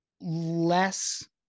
less